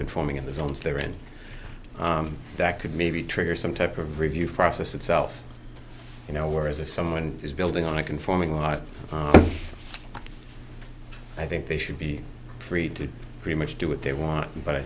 conforming in the zones there and that could maybe trigger some type of review process itself you know whereas if someone is building on a conforming lot i think they should be free to pretty much do what they want but i